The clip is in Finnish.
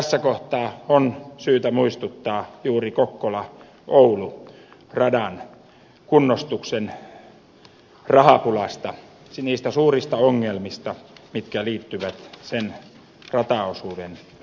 tässä kohtaa on syytä muistuttaa juuri kokkolaoulu radan kunnostuksen rahapulasta niistä suurista ongelmista mitkä liittyvät sen rataosuuden peruskorjaukseen